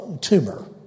tumor